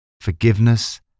forgiveness